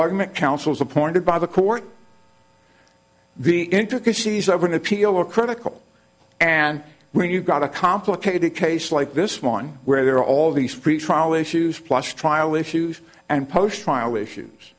argument councils appointed by the court the intricacies of an appeal are critical and when you've got a complicated case like this one where there are all these pretrial issues plus trial issues and post trial issues